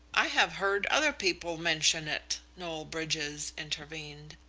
i have heard other people mention it, noel bridges intervened,